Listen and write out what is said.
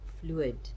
fluid